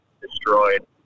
destroyed